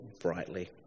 brightly